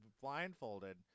blindfolded